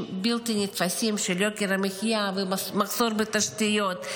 בלתי נתפסים של יוקר מחיה ומחסור בתשתיות.